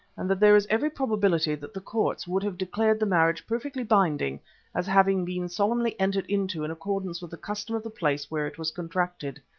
and that there is every probability that the courts would have declared the marriage perfectly binding as having been solemnly entered into in accordance with the custom of the place where it was contracted.